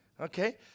Okay